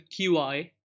QI